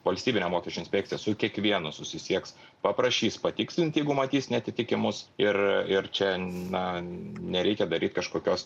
valstybinė mokesčių inspekcija su kiekvienu susisieks paprašys patikslint jeigu matys neatitikimus ir ir čia na nereikia daryt kažkokios